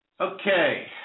Okay